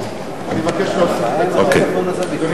החוץ והביטחון נתקבלה.